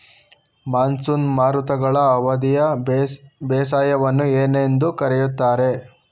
Monsoon ಮಾರುತಗಳ ಅವಧಿಯ ಬೇಸಾಯವನ್ನು ಏನೆಂದು ಕರೆಯುತ್ತಾರೆ?